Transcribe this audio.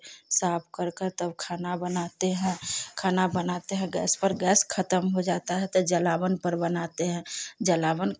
साफ़ कर कर तब खाना बनाते हैं खाना बनाते हैं गैस पर गैस ख़त्म हो जाता है तो जलावन पर बनाते हैं जलावन